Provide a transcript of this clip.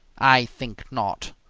i think not.